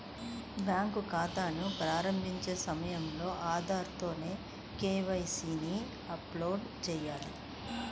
bank ఖాతాని ప్రారంభించే సమయంలో ఆధార్ తో కే.వై.సీ ని అప్డేట్ చేయాలి